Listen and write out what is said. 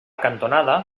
cantonada